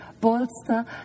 bolster